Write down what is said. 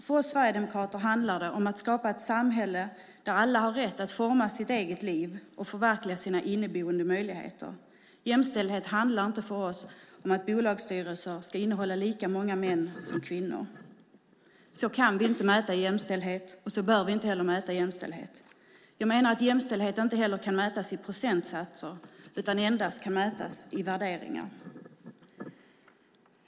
För oss sverigedemokrater handlar det om att skapa ett samhälle där alla har rätt att forma sitt eget liv och förverkliga sina inneboende möjligheter. Jämställdhet handlar för oss inte om att bolagsstyrelserna ska innehålla lika många män som kvinnor. Så kan vi inte mäta jämställdhet, och så bör vi inte heller mäta den. Jag menar att jämställdhet inte heller kan mätas i procentsatser utan endast i värderingar.